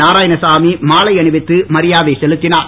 நாரயாணசாமி மாலை அணிவித்து மரியாதை செலுத்தினார்